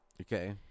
Okay